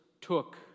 took